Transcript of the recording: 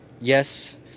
Yes